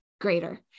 greater